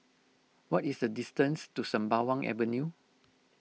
what is the distance to Sembawang Avenue